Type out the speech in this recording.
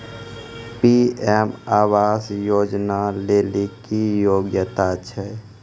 PM आवास योजना लेली की योग्यता छै?